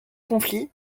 conflit